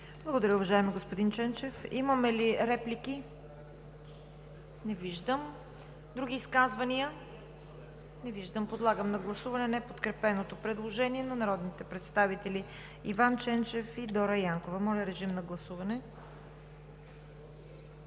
Благодаря, уважаеми господин Ченчев. Имаме ли реплики? Не виждам. Други изказвания? Не виждам. Подлагам на гласуване неподкрепеното предложение на народните представители Иван Ченчев и Дора Янкова. Гласували